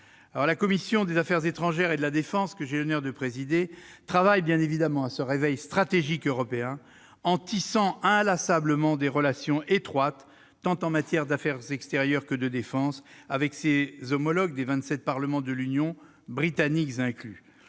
La commission des affaires étrangères, de la défense et des forces armées, que j'ai l'honneur de présider, travaille à ce réveil stratégique européen en tissant inlassablement des relations étroites, tant en matière d'affaires extérieures que de défense, avec ses homologues des vingt-sept parlements de l'Union, Britanniques inclus.